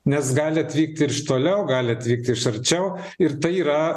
nes gali atvykti iš toliau gali atvykti iš arčiau ir tai yra